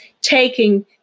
taking